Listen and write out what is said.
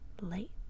late